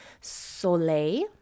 Soleil